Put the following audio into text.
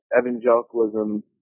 evangelicalism